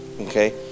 okay